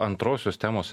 antrosios temos